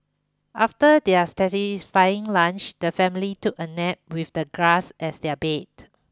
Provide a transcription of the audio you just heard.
after their satisfying lunch the family took a nap with the grass as their bed